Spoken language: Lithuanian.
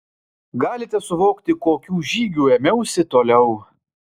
galite suvokti kokių žygių ėmiausi toliau